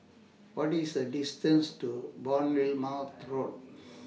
What IS The distance to Bournemouth Road